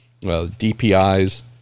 DPIs